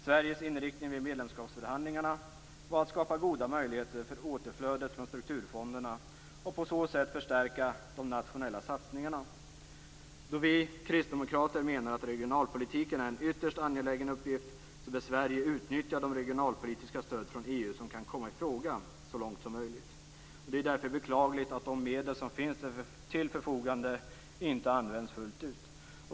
Sveriges inriktning vid medlemskapsförhandlingarna var att skapa goda möjligheter för återflödet från strukturfonderna och på så sätt förstärka de nationella satsningarna. Då vi kristdemokrater menar att regionalpolitiken är en ytterst angelägen uppgift bör Sverige utnyttja de regionalpolitiska stöd från EU som kan komma i fråga så långt som möjligt. Det är därför beklagligt att de medel som finns till förfogande inte används fullt ut.